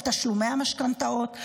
על תשלומי משכנתאות,